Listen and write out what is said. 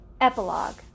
Epilogue